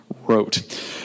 wrote